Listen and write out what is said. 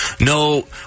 no